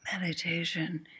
Meditation